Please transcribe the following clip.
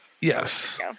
Yes